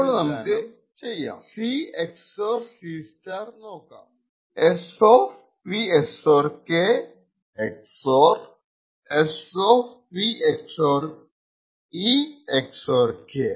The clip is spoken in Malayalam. അപ്പോൾ നമുക്ക് C XOR C നോക്കാം അത് നമുക്ക് ഇങ്ങനെ പ്രതിനിധാനം ചെയ്യാം S P XOR k XOR SP XOR e XOR k